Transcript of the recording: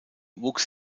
wuchs